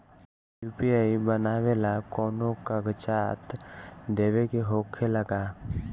UPI बनावेला कौनो कागजात देवे के होखेला का?